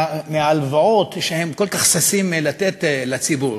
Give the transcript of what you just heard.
מההלוואות שהם כל כך ששים לתת לציבור.